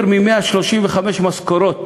יותר מ-135 משכורות